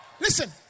listen